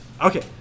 Okay